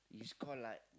is call like